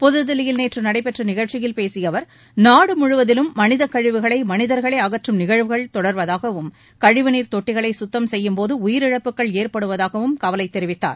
புதுதில்லியில் நேற்று நடைபெற்ற நிகழ்ச்சியில் பேசிய அவர் நாடுமுழுவதிலும் மனிதக் கழிவுகளை மனிதர்களே அகற்றும் நிகழ்வுகள் தொடர்வதாகவும் கழிவுநீர் தொட்டிகளை கத்தம் செய்யும்போது உயிரிழப்புகள் ஏற்படுவதாகவும் கவலை தெரிவித்தார்